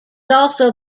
also